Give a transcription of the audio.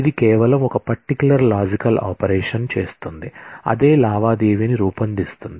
ఇది కేవలం ఒక పర్టికులర్ లాజికల్ ఆపరేషన్ చేస్తుంది అదే లావాదేవీని రూపొందిస్తుంది